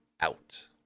out